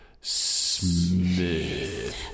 Smith